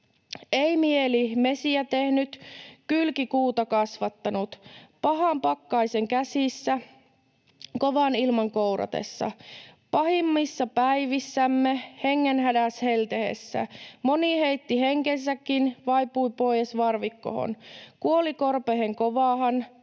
Ei mieli mesiä tehnyt / kylki kuuta kasvattanut / pahan pakkaisen käsissä / kovan ilman kouratessa / pahimmissa päivissämme / hengen hädäss’ heltehessä; / moni heitti henkensäkin / vaipui poijes varvikkohon / kuoli korpehen kovahan